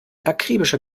akribischer